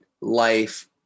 life